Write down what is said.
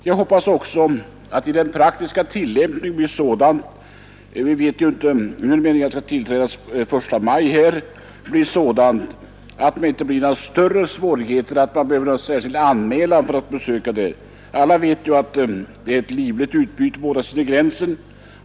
Jag hoppas också att den praktiska tillämpningen blir sådan — reglerna skall ju träda i kraft den 1 maj — att det inte uppstår några större svårigheter och att man inte behöver göra någon särskild anmälan. Alla vet ju att det är ett livligt utbyte på båda sidor om gränsen.